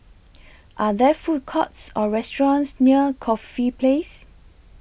Are There Food Courts Or restaurants near Corfe Place